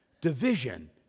Division